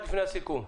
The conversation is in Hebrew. כן,